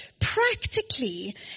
practically